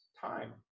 time